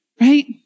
right